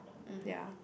ya